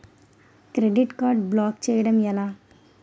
Credit card block చేయడం ఎలా?